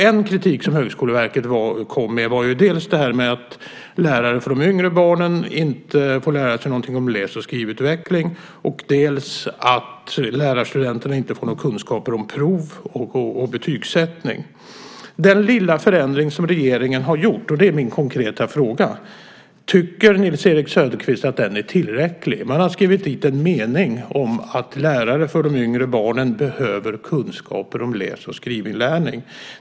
En kritik som Högskoleverket kom med gällde detta att lärare för de yngre barnen inte får lära sig någonting om läs och skrivutveckling och att lärarstudenterna inte får någon kunskap om prov och betygssättning. Tycker Nils-Erik Söderqvist att den lilla förändring som regeringen har gjort - och det är min konkreta fråga - är tillräcklig? Man har skrivit en liten mening om att lärare för de yngre barnen behöver kunskaper om läs och skrivinlärning.